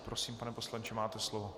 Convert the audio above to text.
Prosím, pane poslanče, máte slovo.